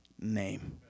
name